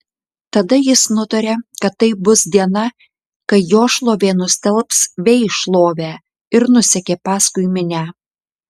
tada jis nutarė kad tai bus diena kai jo šlovė nustelbs vei šlovę ir nusekė paskui minią